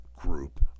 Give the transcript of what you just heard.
group